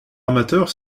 amateurs